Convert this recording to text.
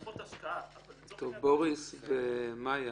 הוא --- בוריס ומאיה,